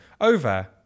over